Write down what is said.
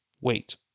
wait